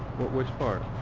which part?